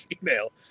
female